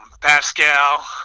Pascal